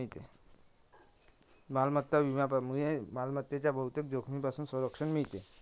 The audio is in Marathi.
मालमत्ता विम्यामुळे मालमत्तेच्या बहुतेक जोखमींपासून संरक्षण मिळते